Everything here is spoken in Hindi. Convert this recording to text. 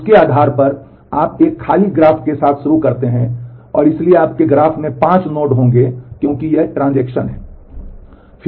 तो उसके आधार पर आप एक खाली ग्राफ़ के साथ शुरू करते हैं इसलिए आपके ग्राफ़ में 5 नोड होंगे क्योंकि ये ट्रांज़ैक्शन हैं